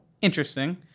Interesting